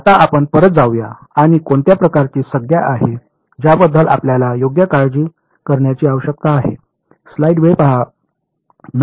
आता आपण परत जाऊया आणि कोणत्या प्रकारची संज्ञा आहे ज्याबद्दल आपल्याला योग्य काळजी करण्याची आवश्यकता आहे